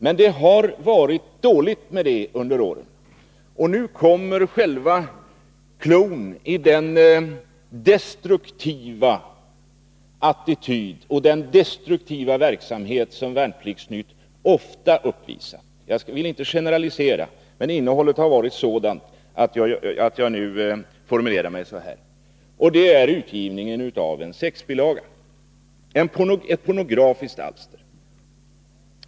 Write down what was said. Men det har varit dåligt med det under åren. Och nu kommer själva cloun i den destruktiva attityd och den destruktiva bild av verkligheten som Värnplikts-Nytt ofta uppvisar — jag vill inte generalisera, men innehållet har varit sådant att jag nu formulerar mig så här — och det är utgivningen av en sexbilaga, ett pornografiskt alster.